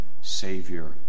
Savior